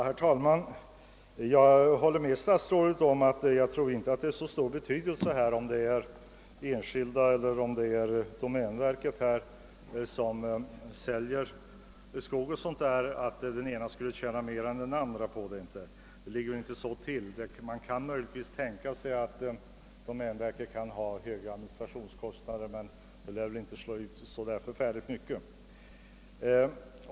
Herr talman! Jag håller med statsrådet om att det inte har så stor betydelse om det är enskilda eller domänverket som säljer skogen. Jag tror inte att den ene tjänar mer än den andre. Frågan ligger inte till på det sättet. Möjligen kan man tänka sig att domänverket kunde ha högre administrationskostnader, men dessa lär inte kunna ge ett så stort utslag.